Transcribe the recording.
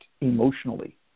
emotionally